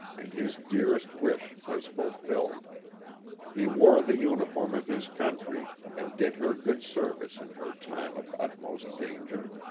and his dearest wish was fulfilled he wore the uniform of his country and did her good service in her time of utmost danger.